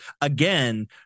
again